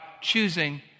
choosing